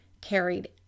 carried